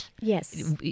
Yes